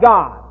God